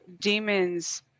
demons